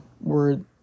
word